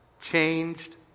changed